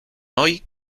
hoy